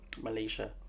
Malaysia